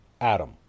Adam